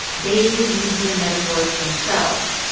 they were using the metaphors themselves.